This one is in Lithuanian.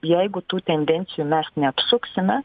jeigu tų tendencijų mes neatsuksime